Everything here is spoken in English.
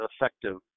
effective